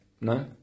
No